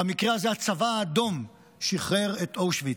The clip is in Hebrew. במקרה הזה הצבא האדום, שחרר את אושוויץ.